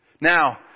Now